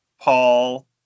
Paul